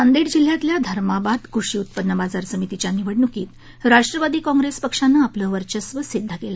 नांदेड जिल्ह्यातल्या धर्माबाद कृषी उत्पन्न बाजार समितीच्या निवडणुकीत राष्ट्रवादी काँप्रेस पक्षानं आपलं वर्चस्व सिद्ध केलं